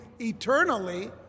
eternally